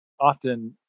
often